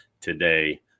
today